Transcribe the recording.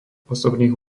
osobných